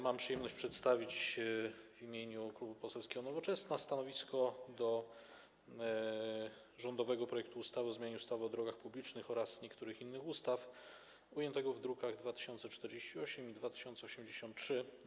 Mam przyjemność przedstawić w imieniu Klubu Poselskiego Nowoczesna stanowisko wobec rządowego projektu ustawy o zmianie ustawy o drogach publicznych oraz niektórych innych ustaw, druki nr 2048 i 2083.